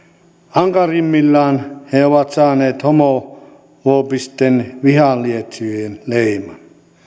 ankarimmillaan he ovat saaneet homofobisten vihanlietsojien leiman